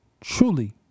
truly